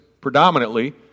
predominantly